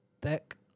book